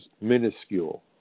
minuscule